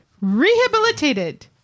Rehabilitated